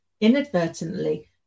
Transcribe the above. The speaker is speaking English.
inadvertently